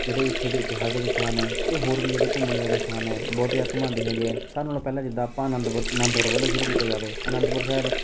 ਜਿਹੜੇ ਇੱਥੇ ਦੇ ਇਤਿਹਾਸਿਕ ਸਥਾਨ ਹੈ ਅਤੇ ਹੋਰ ਵੀ ਜਿਹੜੇ ਘੁੰਮਣਯੋਗ ਸਥਾਨ ਹੈ ਬਹੁਤ ਜ਼ਿਆਦਾ ਘੁੰਮਾਉਂਦੇ ਹੈਗੇ ਹੈ ਸਭ ਨਾਲੋਂ ਪਹਿਲਾਂ ਜਿੱਦਾਂ ਆਪਾਂ ਅਨੰਦਪੁਰ ਅਨੰਦਪੁਰ ਵੱਲੋਂ ਸ਼ੁਰੂ ਕੀਤਾ ਜਾਵੇ ਅਨੰਦਪੁਰ ਸਾਹਿਬ